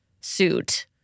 suit